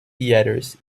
theatres